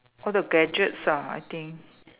all the gadgets ah I think